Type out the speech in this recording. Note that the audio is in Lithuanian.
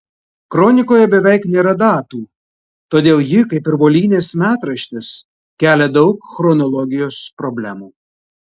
kronikoje beveik nėra datų todėl ji kaip ir volynės metraštis kelia daug chronologijos problemų